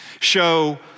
show